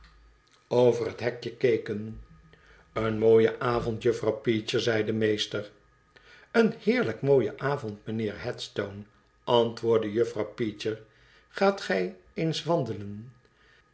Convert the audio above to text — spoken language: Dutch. over het hekje keken en mooie avond juffrouw peecher zei de meester een heerlijk mooie avond mijnheer headstone antwoordde juffrouw peecher gaat gij eens wandelen